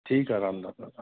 ठीकु आहे राम राम दादा